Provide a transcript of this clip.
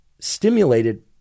stimulated